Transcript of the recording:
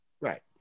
right